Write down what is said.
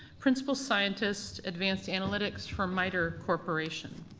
principal scientist, advanced analytics for mitre corporation.